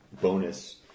bonus